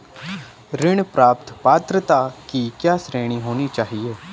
ऋण प्राप्त पात्रता की क्या श्रेणी होनी चाहिए?